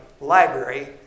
library